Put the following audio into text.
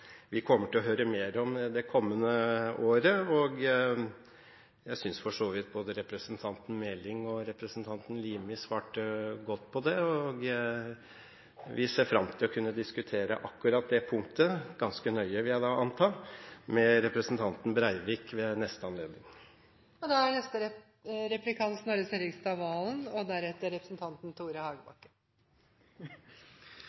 vi kommer til å høre mer om det kommende året. Jeg synes for så vidt både representanten Meling og representanten Limi svarte godt på det, og vi ser fram til å kunne diskutere akkurat det punktet ganske nøye – vil jeg anta – med representanten Breivik ved neste anledning. Jeg er i likhet med representanten Syversen veldig glad for den enigheten som er i Stortinget, og som Kristelig Folkeparti og